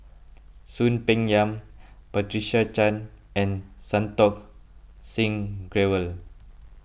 Soon Peng Yam Patricia Chan and Santokh Singh Grewal